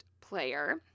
player